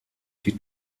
die